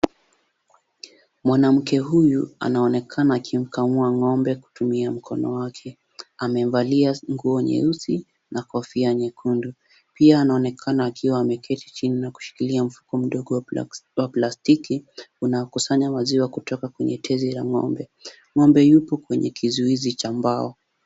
Mwanamke huyu anaonekana akimkamua ng'ombe kutumia mkono wake. Amevalia nguo nyeusi na kofia nyekundu. Pia anaonekana akiwa ameketi chini na kushikilia mfuko mdogo wa plastiki unaokusanya maziwa kutoka kwenye tezi la ng'ombe. Ng'ombe yupo kwenye kizuizi cha mbao.